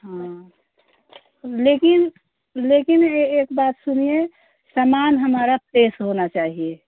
हाँ लेकिन लेकिन एक बात सुनिए सामान हमारा फ्रेस होना चाहिए